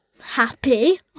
Happy